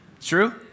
True